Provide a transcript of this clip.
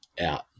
out